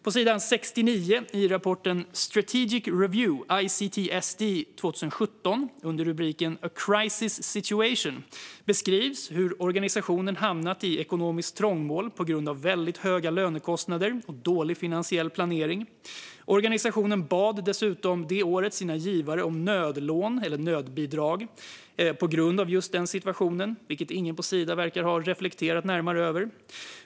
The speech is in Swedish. På s. 68 i rapporten Strategic Review of the Interna tional Centre for Trade and Sustainable Development 2017 under rubriken "A crisis situation" beskrivs hur organisationen hamnat i ekonomiskt trångmål på grund av väldigt höga lönekostnader och dålig finansiell planering. Organisationen bad dessutom det året sina givare om nödbidrag på grund av just den situationen, vilket ingen på Sida verkar ha reflekterat närmare över.